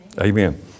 Amen